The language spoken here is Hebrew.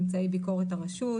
ממצאי ביקורת הרשות,